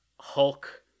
Hulk